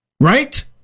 Right